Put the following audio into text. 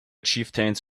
chieftains